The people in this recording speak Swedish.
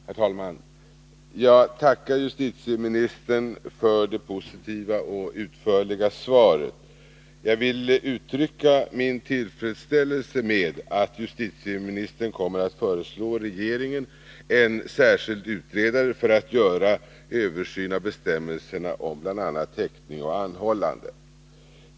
Herr talman! Jag tackar justitieministern för det positiva och utförliga svaret. Jag vill uttrycka min tillfredsställelse med att justitieministern kommer att föreslå regeringen en särskild utredare för att göra en översyn av bestämmelserna om bl.a. häktning och anhållande.